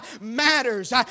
Matters